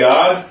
God